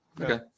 Okay